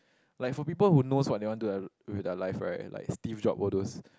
like for people who knows what they want to do like with their life right like Steve-Jobs all those